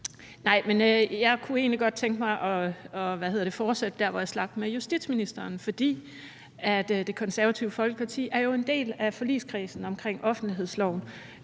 var det. Jeg kunne egentlig godt tænke mig at fortsætte der, hvor jeg slap med justitsministeren. For Det Konservative Folkeparti er jo en del af forligskredsen omkring offentlighedsloven,